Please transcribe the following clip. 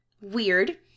weird